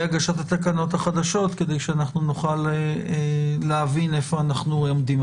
הגשת התקנות החדשות כדי שנוכל להבין איפה אנחנו עומדים.